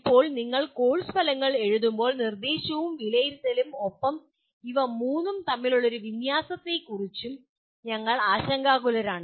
ഇപ്പോൾ നിങ്ങൾ കോഴ്സ് ഫലങ്ങൾ എഴുതുമ്പോൾ നിർദ്ദേശവും വിലയിരുത്തലും ഒപ്പം ഇവ മൂന്നും തമ്മിലുള്ള വിന്യാസ പ്രശ്നത്തെക്കുറിച്ചും ഞങ്ങൾ ആശങ്കാകുലരാണ്